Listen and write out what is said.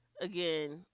again